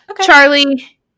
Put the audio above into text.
Charlie